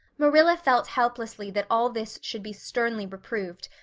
marilla felt helplessly that all this should be sternly reproved,